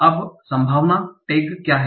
अब संभाव्य टैगर क्या है